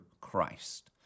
Christ